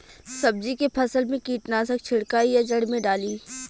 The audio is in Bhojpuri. सब्जी के फसल मे कीटनाशक छिड़काई या जड़ मे डाली?